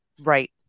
Right